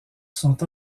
sont